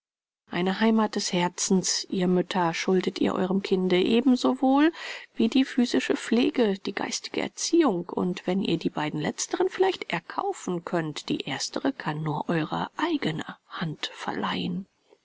eine heimath des herzens ihr mütter schuldet ihr eurem kinde ebensowohl wie die physische pflege die geistige erziehung und wenn ihr die beiden letzteren vielleicht erkaufen könnt die erstere kann nur eure eigne hand verleihen